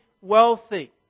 wealthy